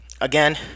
again